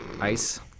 ice